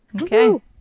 Okay